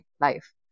life